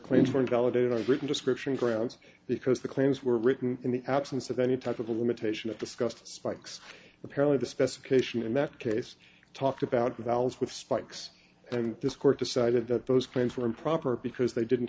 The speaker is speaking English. are written description grounds because the claims were written in the absence of any type of a limitation of discussed spikes apparently the specification in that case talked about valves with spikes and this court decided that those claims were improper because they didn't